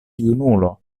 junulo